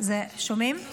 בטח